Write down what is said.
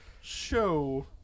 show